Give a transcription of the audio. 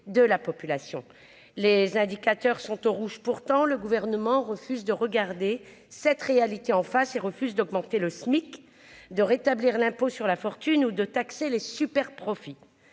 de la population, les indicateurs sont au rouge, pourtant, le gouvernement refuse de regarder cette réalité en face et refuse d'augmenter le SMIC de rétablir l'impôt sur la fortune ou de taxer les superprofits